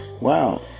Wow